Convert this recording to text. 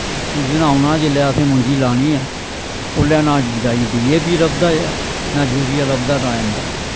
season औना जिसलै असें मुंजी लानी ऐ उसलै ना डी ए पी लभदा ऐ नां जूरिया लभदा टाईम दा